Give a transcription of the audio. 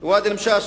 ואדי-אל-משאש,